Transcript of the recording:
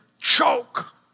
Choke